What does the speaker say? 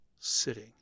sitting